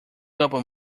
couple